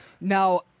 Now